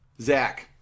Zach